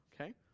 okay